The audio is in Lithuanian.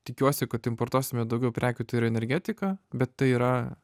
tikiuosi kad importuosime daugiau prekių tai yra energetika bet tai yra